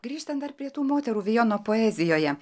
grįžtant dar prie tų moterų vieno poezijoje